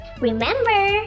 Remember